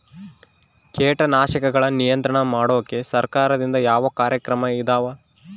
ಕೇಟನಾಶಕಗಳ ನಿಯಂತ್ರಣ ಮಾಡೋಕೆ ಸರಕಾರದಿಂದ ಯಾವ ಕಾರ್ಯಕ್ರಮ ಇದಾವ?